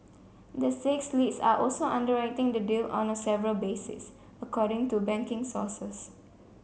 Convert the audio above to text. the six leads are also underwriting the deal on a several basis according to banking sources